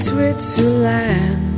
Switzerland